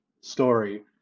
story